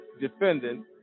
defendant